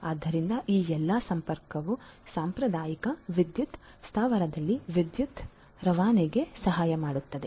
ಆದ್ದರಿಂದ ಈ ಎಲ್ಲಾ ಸಂಪರ್ಕವು ಸಾಂಪ್ರದಾಯಿಕ ವಿದ್ಯುತ್ ಸ್ಥಾವರದಲ್ಲಿ ವಿದ್ಯುತ್ ರವಾನೆಗೆ ಸಹಾಯ ಮಾಡುತ್ತದೆ